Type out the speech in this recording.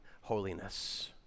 holiness